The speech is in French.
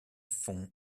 font